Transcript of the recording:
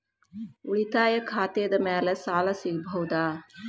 ಉಳಿತಾಯ ಖಾತೆದ ಮ್ಯಾಲೆ ಸಾಲ ಸಿಗಬಹುದಾ?